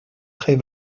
très